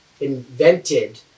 invented